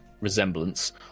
resemblance